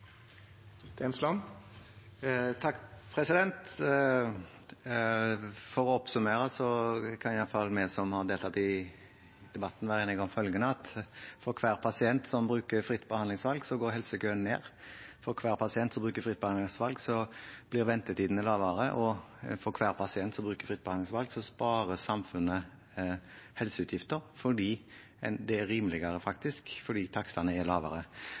For å oppsummere kan i hvert fall vi som har deltatt i debatten, være enige om følgende: For hver pasient som bruker fritt behandlingsvalg, går helsekøene ned, for hver pasient som bruker fritt behandlingsvalg, blir ventetidene kortere, og for hver pasient som bruker fritt behandlingsvalg, sparer samfunnet helseutgifter. Det er faktisk rimeligere, for takstene er lavere.